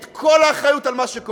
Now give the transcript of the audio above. את כל האחריות על מה שקורה,